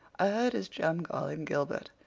i heard his chum call him gilbert.